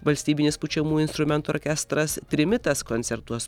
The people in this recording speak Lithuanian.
valstybinis pučiamųjų instrumentų orkestras trimitas koncertuos